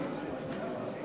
(תיקון מס'